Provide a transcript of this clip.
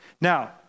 Now